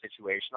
situational